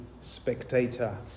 spectator